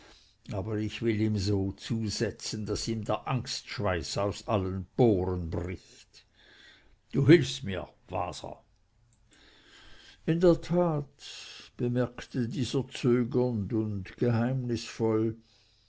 aber ich will ihm so zusetzen daß ihm der angstschweiß aus allen poren bricht du hilfst mir waser in der tat bemerkte dieser zögernd und geheimnisvoll